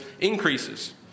increases